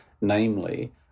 namely